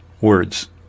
words